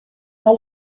pas